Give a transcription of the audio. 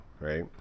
right